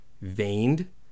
veined